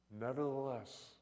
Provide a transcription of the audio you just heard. Nevertheless